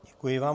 Děkuji vám.